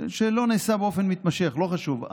שלא נעשה באופן מתמשך, לא חשוב,